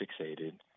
fixated